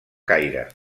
caire